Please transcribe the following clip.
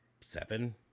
seven